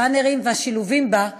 הז'אנרים והשילובים שבה,